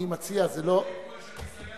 אני מציע ------ שאני סייען טרור,